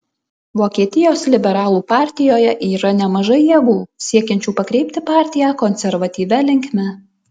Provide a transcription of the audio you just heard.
vokietijos liberalų partijoje yra nemažai jėgų siekiančių pakreipti partiją konservatyvia linkme